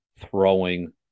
throwing